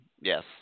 Yes